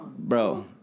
Bro